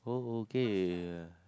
okay